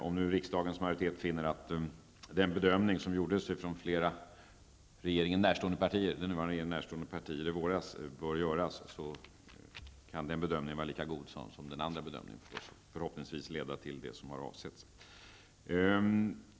Om riksdagens majoritet finner att den bedömning som gjordes av flera den nuvarande regeringen närstående partier i våras bör göras, kan den bedömningen vara lika god som den andra bedömningen. Förhoppningsvis får det här avsedd effekt.